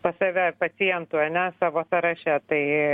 pas save pacientų ane savo sąraše tai